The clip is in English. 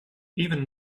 even